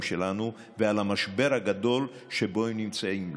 שלנו ועל המשבר הגדול שבו הם נמצאים,